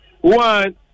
one